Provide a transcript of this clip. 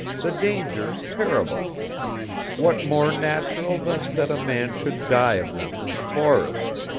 the dangers terrible what more natural than that a man should die of them in the forest?